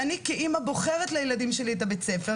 ואני כאמא בוחרת לילדים שלי את הבית ספר,